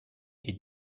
est